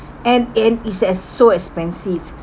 and in is as so expensive